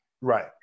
Right